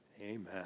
Amen